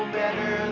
better